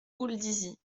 houldizy